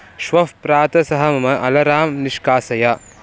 श्व प्रातसः मम अलराम् निष्कासय